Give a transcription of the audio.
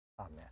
Amen